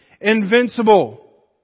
invincible